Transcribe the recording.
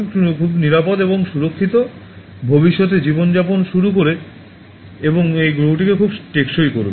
এবং খুব নিরাপদ এবং সুরক্ষিত ভবিষ্যতে জীবনযাপন শুরু করবে এবং এই গ্রহটিকে খুব টেকসই করবে